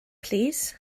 plîs